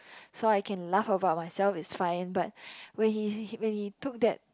so I can laugh about myself it's fine but when he when he took that